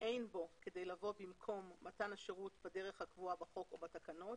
אין בו כדי לבוא במקום מתן השירות בדרך הקבועה בחוק או בתקנות,